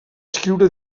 escriure